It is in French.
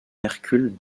hercule